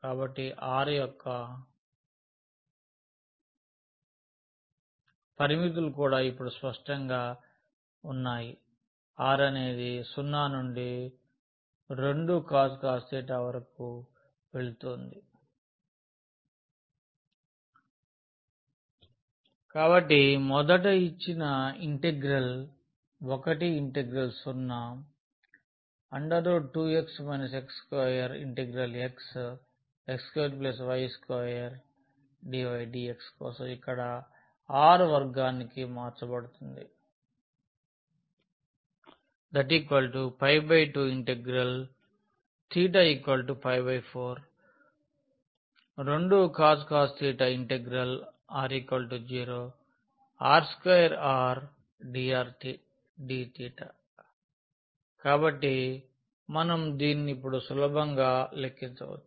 కాబట్టి r యొక్క పరిమితులు కూడా ఇప్పుడు స్పష్టంగా ఉన్నాయి r అనేది 0 నుండి 2cos వరకువెళుతోంది కాబట్టి మొదట ఇచ్చిన ఈ ఇంటిగ్రల్ 01x2x x2x2y2dydx కోసం ఇక్కడ ఈ r వర్గానికి మార్చబడుతుంది θ 42r 02cos r2r dr dθ కాబట్టి మనం దీన్ని ఇప్పుడు సులభంగా లెక్కించవచ్చు